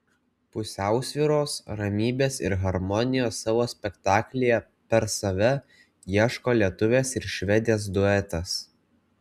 pusiausvyros ramybės ir harmonijos savo spektaklyje per save ieško lietuvės ir švedės duetas